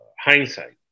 hindsight